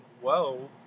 whoa